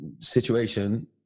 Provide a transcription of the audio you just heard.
situation